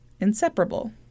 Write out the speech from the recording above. inseparable